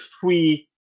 free